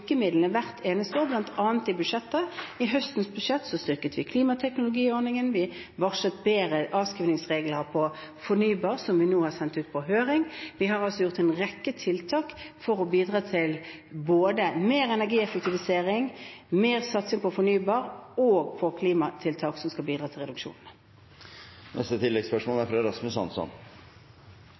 hvert eneste år, bl.a. i budsjettet. I høstens budsjett styrket vi klimateknologiordningen. Vi varslet bedre avskrivningsregler for fornybar energi, noe vi nå har sendt ut på høring. Vi har altså gjort en rekke tiltak for å bidra til både mer energieffektivisering og mer satsing på fornybar energi og på klimatiltak, som skal bidra til reduksjonene. Rasmus Hansson